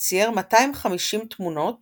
צייר 250 תמונות